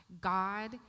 God